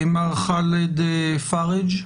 מר ח'אלד פראג',